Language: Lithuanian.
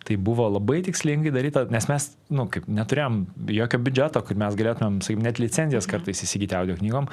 tai buvo labai tikslingai daryta nes mes nu kaip neturėjom jokio biudžeto kad mes galėtumėm sakyt net licencijas kartais įsigyti audio knygom